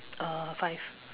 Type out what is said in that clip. uh five